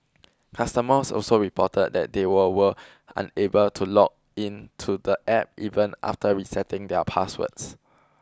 customers also reported that they were were unable to log in to the App even after resetting their passwords